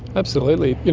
absolutely.